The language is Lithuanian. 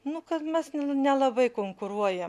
nu kad mes nelabai konkuruojam